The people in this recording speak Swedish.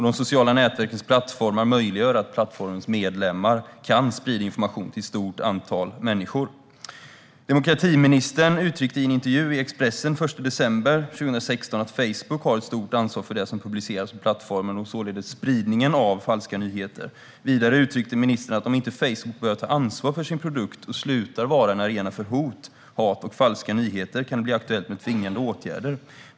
De sociala nätverkens plattformar möjliggör att plattformens medlemmar kan sprida information till ett stort antal människor. Demokratiministern uttryckte i en intervju i Expressen den 1 december 2016 att Facebook har ett stort ansvar för det som publiceras på plattformen och således även för spridningen av falska nyheter. Vidare uttryckte ministern att om inte Facebook börjar ta ansvar för sin produkt och slutar vara en arena för hot, hat och falska nyheter kan det bli aktuellt med tvingande åtgärder.